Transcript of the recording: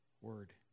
Word